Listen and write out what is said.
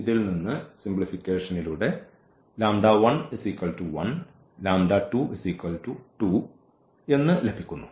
ഇതിൽനിന്ന് എന്ന് ലഭിക്കുന്നു